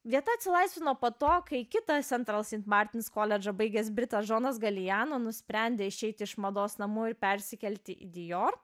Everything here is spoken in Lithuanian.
vieta atsilaisvino po to kai kitas antrasis martinis koledžą baigęs britas džonas galijano nusprendė išeiti iš mados namų ir persikelti į dior